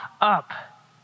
up